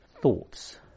thoughts